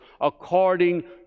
according